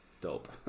Dope